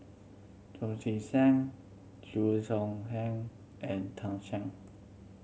John Tee Cain Chew Choo Keng and Tan Shen